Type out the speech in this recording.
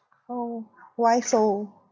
oh why so